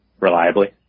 reliably